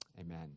Amen